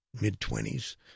mid-twenties